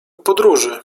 podróży